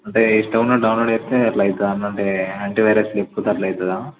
అంటే ఇష్టం ఉన్నవి డౌన్లోడ్ చేస్తే అట్లా అవుతుంది అన్న అంటే యాంటీవైరస్ లేకపోతే అట్ల అవుతుందా